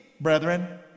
brethren